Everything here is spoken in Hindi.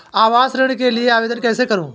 आवास ऋण के लिए आवेदन कैसे करुँ?